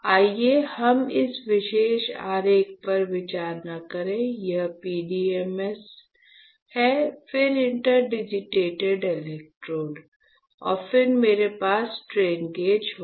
आइए हम इस विशेष आरेख पर विचार न करें यह PDMS है फिर इंटरडिजिटेटेड इलेक्ट्रोड और फिर मेरे पास स्ट्रेन गेज होगा